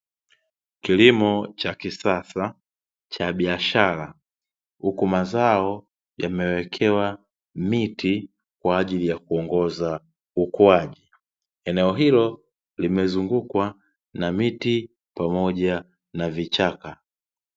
Kilimo cha kisasa cha biashara, huku mazao yamewekewa miti kwa ajili ya kuongoza ukuaji. Eneo hilo limezungukwa na miti pamoja na vichaka.